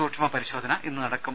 സൂക്ഷ്മ പരിശോധന ഇന്നു നടക്കും